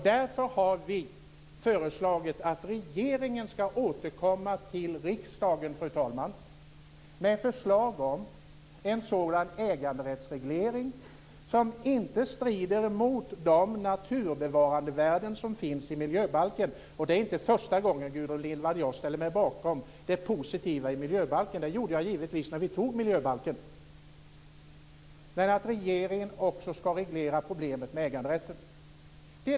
Därför har vi föreslagit att regeringen ska återkomma till riksdagen, fru talman, med förslag om en äganderättsreglering som inte strider mot de naturbevarandevärden som finns i miljöbalken. Det är inte första gången, Gudrun Lindvall, som jag ställer mig bakom det positiva i miljöbalken. Det gjorde jag givetvis när vi antog miljöbalken. Men det handlar om att regeringen också ska reglera när det gäller problemet med äganderätten.